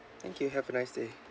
thank you have a nice day